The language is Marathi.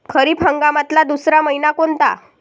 खरीप हंगामातला दुसरा मइना कोनता?